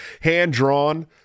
hand-drawn